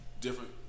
Different